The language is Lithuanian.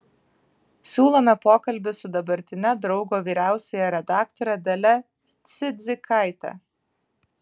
siūlome pokalbį su dabartine draugo vyriausiąja redaktore dalia cidzikaite